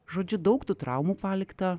žodžiu daug tų traumų palikta